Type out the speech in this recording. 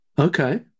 okay